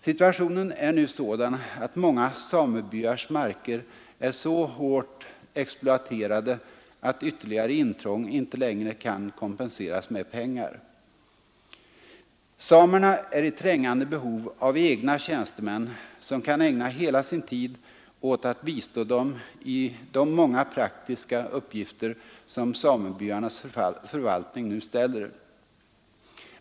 Situationen är nu sådan, att många samebyars marker är så hårt exploaterade att ytterligare intrång inte längre kan kompenseras med pengar. Samerna är i trängande behov av egna tjänstemän, som kan ägna hela sin tid åt att bistå dem i de många praktiska uppgifter som samebyarnas förvaltning nu kräver.